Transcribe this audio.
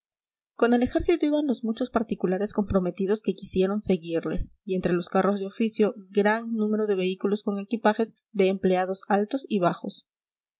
con el ejército iban los muchos particulares comprometidos que quisieron seguirles y entre los carros de oficio gran número de vehículos con equipajes de empleados altos y bajos